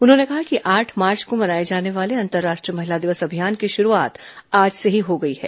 उन्होंने कहा कि आठ मार्च को मनाए जाने वाले अंतर्राष्ट्रीय महिला दिवस अभियान की शुरुआत आज से हो गई है